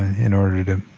in order to